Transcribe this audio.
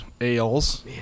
ales